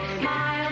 smile